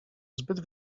zbyt